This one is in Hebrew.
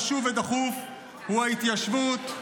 המדינה --- גורם ביטחון לא --- פחות חשוב ודחוף הוא ההתיישבות".